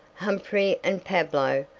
humphrey and pablo,